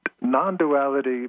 Non-duality